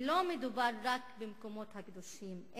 ולא מדובר רק במקומות הקדושים,